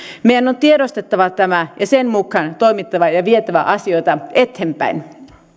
meidän on tiedostettava tämä ja sen mukaan toimittava ja vietävä asioita eteenpäin